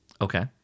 Okay